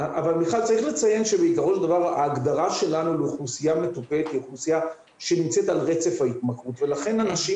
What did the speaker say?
צריך לציין שההגדרה שלנו לאוכלוסייה שנמצאת על רצף ההתמכרות ולכן אנשים